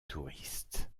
touristes